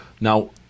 Now